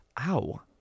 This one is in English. Ow